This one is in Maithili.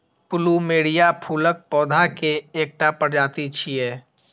प्लुमेरिया फूलक पौधा के एकटा प्रजाति छियै